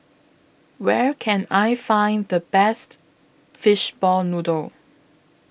Where Can I Find The Best Fishball Noodle